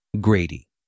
Grady